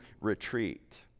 retreat